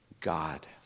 God